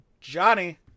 Johnny